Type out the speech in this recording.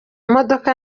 modoka